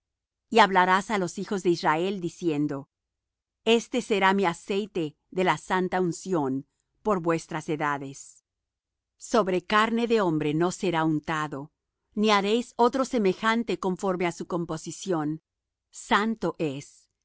y hablarás á los hijos de israel diciendo este será mi aceite de la santa unción por vuestras edades sobre carne de hombre no será untado ni haréis otro semejante conforme á su composición santo es